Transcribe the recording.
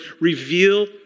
reveal